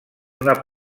una